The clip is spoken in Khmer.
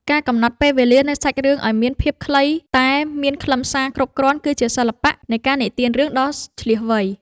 ការកំណត់ពេលវេលានៃសាច់រឿងឱ្យមានភាពខ្លីតែមានខ្លឹមសារគ្រប់គ្រាន់គឺជាសិល្បៈនៃការនិទានរឿងដ៏ឈ្លាសវៃ។